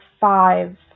Five